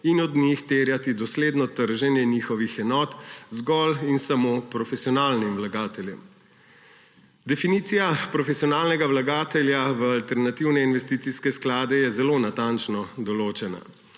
in od njih terjati dosledno trženje njihovih enot zgolj in samo profesionalnim vlagateljem. Definicija profesionalnega vlagatelja v alternativne investicijske sklade je zelo natančno določena.